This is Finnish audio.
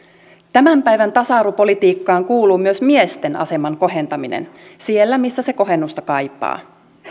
tämän päivän tasa arvopolitiikkaan kuuluu myös miesten aseman kohentaminen siellä missä se kohennusta kaipaa